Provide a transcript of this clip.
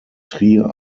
trier